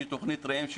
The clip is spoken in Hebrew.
תוכנית רעים,